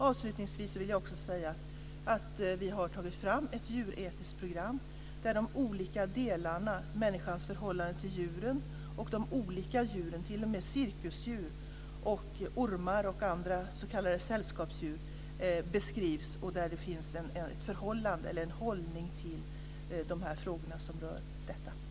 Avslutningsvis vill jag också säga att vi har tagit fram ett djuretiskt program där de olika delarna, människans förhållande till djuren och de olika djuren, t.o.m. cirkusdjur, ormar och andra s.k. sällskapsdjur, beskrivs och där det finns en hållning till de frågor som rör detta område.